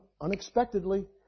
unexpectedly